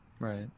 Right